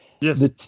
Yes